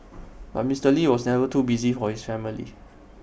but Mister lee was never too busy for his family